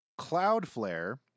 Cloudflare